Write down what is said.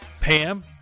Pam